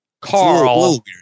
Carl